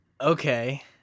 Okay